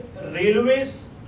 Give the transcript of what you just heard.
railways